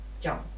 John